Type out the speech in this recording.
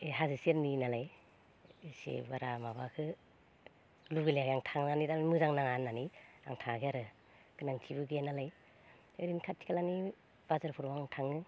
ओइ हाजो सेरनिनालाय जे बारा माबाखो लुगैलायाखै आं थांनानै मोजां नाङा होननानै आं थाङाखै आरो गोनांथिबो गैयानालाय ओरैनो खाथि खालानि बाजारफोराव आं थाङो